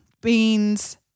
beans